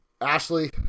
Ashley